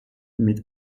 mit